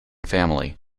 family